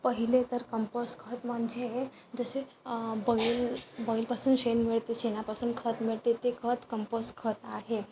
पहिले तर कंपोस्ट खत म्हणजे जसे बैल बैलापासून शेण मिळते शेणापासून खत मिळते ते खत कंपोस्ट खत आहे